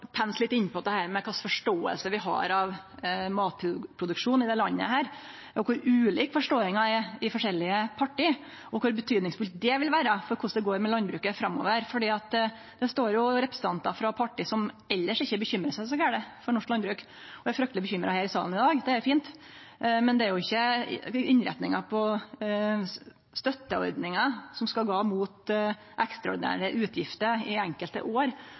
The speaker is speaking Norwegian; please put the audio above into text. litt inn på dette med kva slags forståing vi har av matproduksjon i dette landet, og på kor ulik forståinga er i forskjellige parti, og kor stor betydning det vil ha for korleis det går med landbruket framover. Her står det representantar for parti som elles ikkje bekymrar seg så mykje for norsk landbruk, men er frykteleg bekymra her i salen i dag. Det er fint, men det er jo ikkje innretninga på støtteordningar som skal gå mot ekstraordinære utgifter i enkelte år,